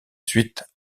suite